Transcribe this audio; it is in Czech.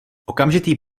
okamžitý